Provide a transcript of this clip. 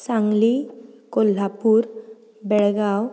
Sangli Kolhapur Belgaum